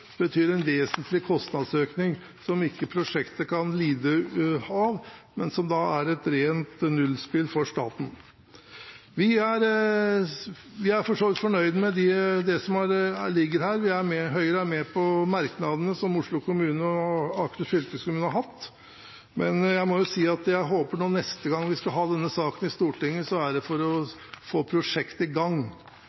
betyr en vesentlig kostnadsøkning som ikke prosjektet kan lide av, men som er et rent nullspill for staten. Vi er for så vidt fornøyd med det som ligger her. Høyre er med på merknadene som Oslo kommune og Akershus fylkeskommune har hatt. Men jeg må jo si at jeg håper at neste gang vi skal ha denne saken i Stortinget, er det for å få prosjektet i gang.